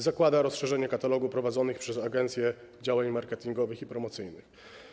zakłada rozszerzenie katalogu prowadzonych przez agencję działań marketingowych i promocyjnych.